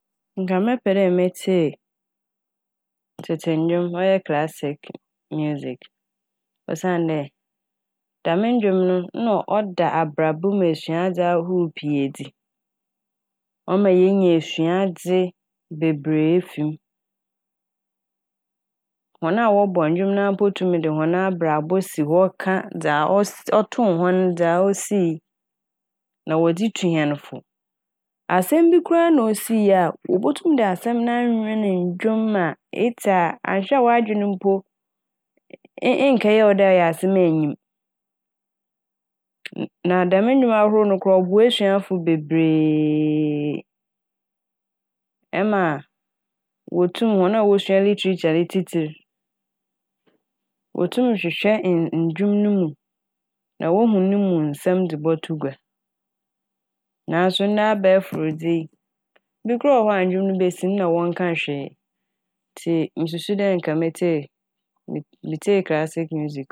Nka mɛpɛ dɛ metsie tsetse ndwom ɔyɛ " classic music" osiandɛ dɛm ndwom no nna ɔda abrabɔ mu esuadze ahorow pii edzi, ɔma yenya esuadze bebree efi m'. Hɔn a wɔbɔ ndwom no a mpo tum de hɔn abrabɔ mpo si hɔ ka dza ɔsi - ɔtoo hɔn dza osii na wɔdze tu hɛn fo. Asɛm bi koraa na osii a wobotum de asɛm no awen ndwom ma etse a annhwɛ a w'adwen mpo nn- nnkɛyɛ wo dɛ ɔyɛ asɛm a enyim. Na dɛm ndwom ahorow no koraa ɔboa esuafo bebreeee ɛma wotum, hɔn a wosua "Literature" yi tsitsir, wotum hwehwɛ nn- ndwom no mu na wohu no mu nsɛm dze bɔto gua naaso ndɛ abɛefor dze yi bi koraa wɔhɔ a ndwom no besi no nna wɔnnkaa hwee ntsi musu dɛ nka metsie - metsie "classic music" a oye.